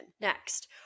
Next